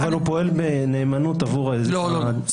אבל הוא פועל בנאמנות עבור האזרחים,